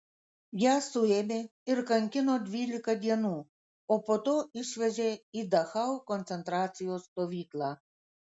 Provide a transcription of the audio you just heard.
ją suėmė ir kankino dvylika dienų o po to išvežė į dachau koncentracijos stovyklą